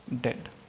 dead